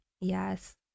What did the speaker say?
Yes